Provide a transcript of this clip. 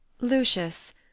Lucius